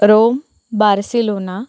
Rome Barcelona